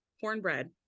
Cornbread